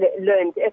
learned